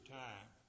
time